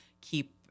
keep